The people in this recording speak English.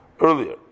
earlier